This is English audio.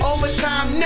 Overtime